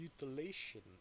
mutilation